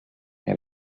nie